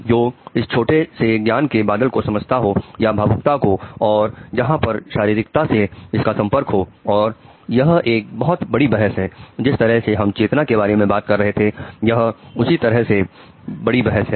जो इस छोटे से ज्ञान के बादल को समझाता हो या भावुकता को और जहां पर शारीरिकता से इसका संपर्क हो और यह एक बहुत बड़ी बहस है जिस तरह से हम चेतना के बारे में बात कर रहे थे यह उसी तरह की बड़ी बहस है